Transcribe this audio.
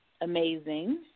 amazing